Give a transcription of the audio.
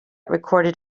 recorded